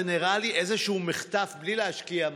זה נראה לי איזשהו מחטף בלי להשקיע מחשבה.